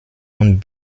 und